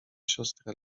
siostra